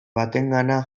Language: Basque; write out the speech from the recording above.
batengana